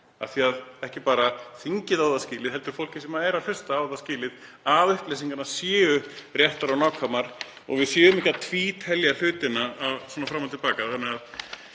Það er ekki bara þingið sem á það skilið heldur á fólkið sem er að hlusta það skilið að upplýsingarnar séu réttar og nákvæmar og við séum ekki að tvítelja hlutina svona fram og til baka.